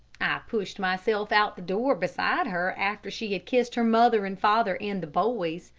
pushed myself out the door beside her after she had kissed her mother and father and the boys.